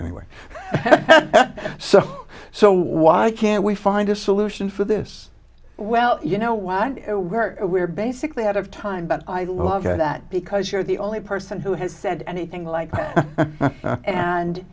anyway so so why can't we find a solution for this well you know what we're basically out of time but i love that because you're the only person who has said anything like that and